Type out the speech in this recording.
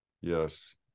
yes